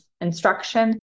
instruction